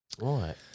Right